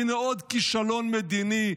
הינה עוד כישלון מדיני.